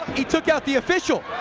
he took out the official.